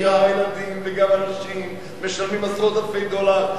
הנשים והילדים, משלמים עשרות אלפי דולרים.